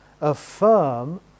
affirm